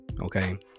okay